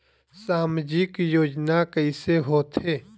सामजिक योजना कइसे होथे?